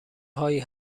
هایی